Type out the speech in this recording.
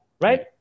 right